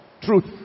truth